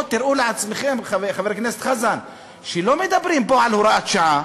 בואו תראו בעצמכם שלא מדברים פה על הוראת שעה.